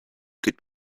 could